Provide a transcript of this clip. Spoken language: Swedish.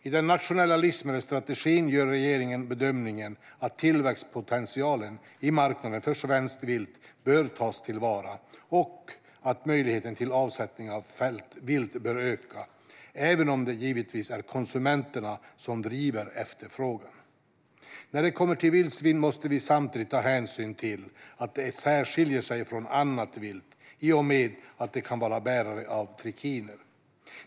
I den nationella livsmedelsstrategin gör regeringen bedömningen att tillväxtpotentialen hos marknaden för svenskt vilt bör tas till vara och att möjligheten till avsättning av fällt vilt bör öka, även om det givetvis är konsumenterna som driver efterfrågan. När det kommer till vildsvin måste vi samtidigt ta hänsyn till att de särskiljer sig från annat vilt i och med att de kan vara bärare av trikiner.